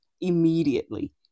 immediately